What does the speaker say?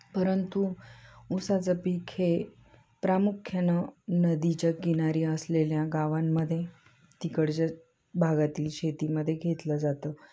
परंतु ऊसाचं पीक हे प्रामुख्यानं नदीच्या किनारी असलेल्या गावांमध्ये तिकडच्या भागातील शेतीमध्ये घेतलं जातं